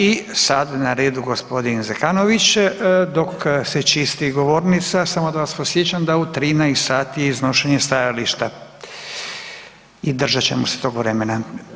I sad je na redu gospodin Zekanović, dok se čisti govornica samo da vas podsjećam da u 13 sati je iznošenje stajališta i držat ćemo se tog vremena.